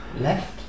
left